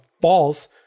false